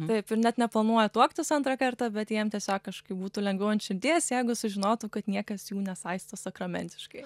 taip ir net neplanuoja tuoktis antrą kartą bet jiem tiesiog kažkaip būtų lengviau ant širdies jeigu sužinotų kad niekas jų nesaisto sakramentiškai